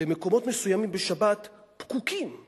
במקומות מסוימים פקוקים בשבת.